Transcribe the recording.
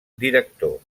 director